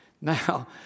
Now